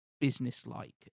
businesslike